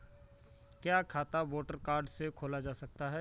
क्या खाता voter card से खोला जा सकता है?